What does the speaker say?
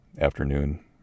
afternoon